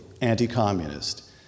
anti-communist